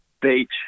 beach